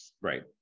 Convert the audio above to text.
right